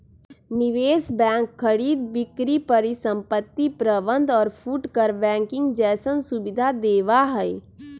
निवेश बैंक खरीद बिक्री परिसंपत्ति प्रबंध और फुटकर बैंकिंग जैसन सुविधा देवा हई